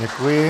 Děkuji.